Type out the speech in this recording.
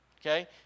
Okay